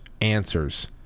answers